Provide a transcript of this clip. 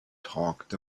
talked